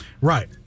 Right